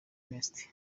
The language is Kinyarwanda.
ernest